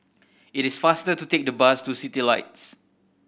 it is faster to take the bus to Citylights